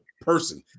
person